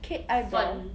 Kate eyebrow